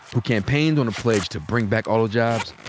who campaigned on a pledge to bring back auto jobs,